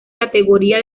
categoría